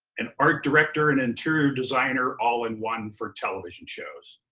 an art director and interior designer all in one for television shows.